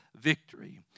victory